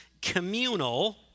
Communal